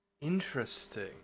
Interesting